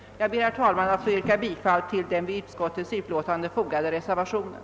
Jag ber, herr talman, att få yrka bifall till den vid utskottets utlåtande fogade reservationen.